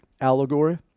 allegory